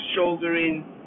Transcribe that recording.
shouldering